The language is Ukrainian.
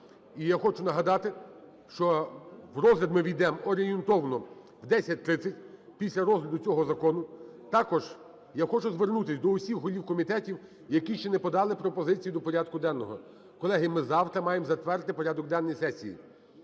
І я хочу нагадати, що в розгляд ми ввійдемо орієнтовно о 10:30, після розгляду цього закону. Також я хочу звернутись до усіх голів комітетів, які ще не подали пропозиції до порядку денного, колеги, ми завтра маємо затвердити порядок денний сесії.